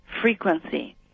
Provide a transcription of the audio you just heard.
frequency